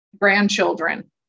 grandchildren